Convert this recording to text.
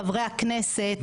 חברי הכנסת,